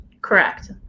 Correct